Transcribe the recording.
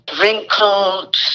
wrinkled